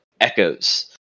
Echoes